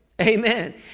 Amen